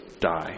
die